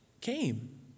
came